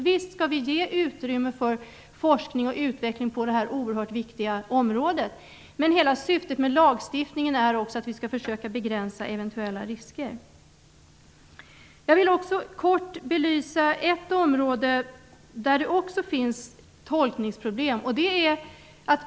Visst skall vi ge utrymme för forskning och utveckling på detta oerhört viktiga område, men syftet med lagstiftningen är också att vi skall försöka begränsa eventuella risker. Jag vill också kort belysa ett område där det också finns tolkningsproblem.